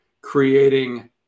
creating